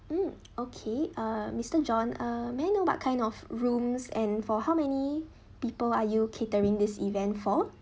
mm okay uh mister john uh may know what kind of rooms and for how many people are you catering this event for